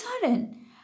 sudden